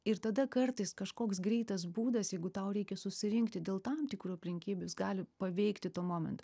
ir tada kartais kažkoks greitas būdas jeigu tau reikia susirinkti dėl tam tikrų aplinkybių gali paveikti tuo momentu